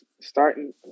starting